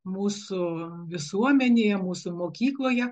mūsų visuomenėje mūsų mokykloje